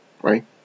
right